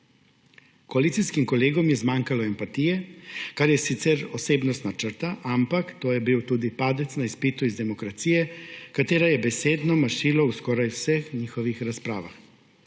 Koalicijskim kolegom je zmanjkalo empatije, kar je sicer osebnostna črta, ampak to je bil tudi padec na izpitu iz demokracije, ki je besedno mašilo v skoraj vseh njihovih razpravah.